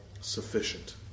sufficient